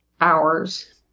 hours